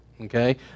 Okay